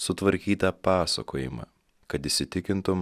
sutvarkytą pasakojimą kad įsitikintum